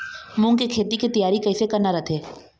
मूंग के खेती के तियारी कइसे करना रथे?